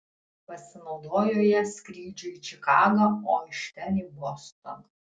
pasinaudojo ja skrydžiui į čikagą o iš ten į bostoną